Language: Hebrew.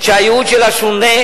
שהייעוד שלה שונה,